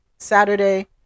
Saturday